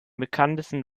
bekanntesten